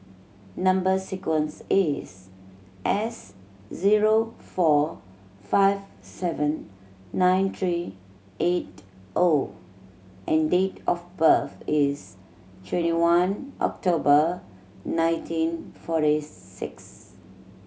number sequence is S zero four five seven nine three eight O and date of birth is twenty one October nineteen forty six